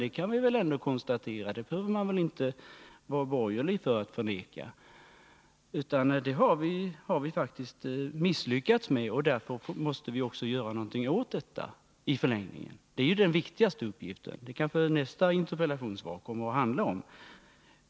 Det kan vi väl ändå konstatera — man behöver väl inte vara borgerlig för att säga det. Därför måste vi göra någonting åt detta i förlängningen. Det är ju den viktigaste uppgiften, och detta kanske nästa interpellationssvar kommer att handla om.